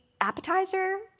appetizer